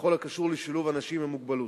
בכל הקשור לשילוב אנשים עם מוגבלות.